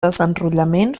desenrotllament